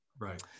Right